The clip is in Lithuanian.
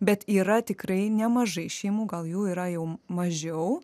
bet yra tikrai nemažai šeimų gal jų yra jau mažiau